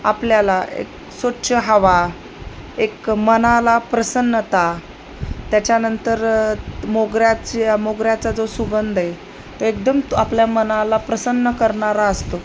आपल्याला एक स्वच्छ हवा एक मनाला प्रसन्नता त्याच्यानंतर मोगऱ्याच्या मोगऱ्याचा जो सुगंंध आहे तो एकदम तो आपल्या मनाला प्रसन्न करणारा असतो